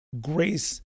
grace